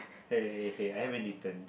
hey hey hey I haven't eaten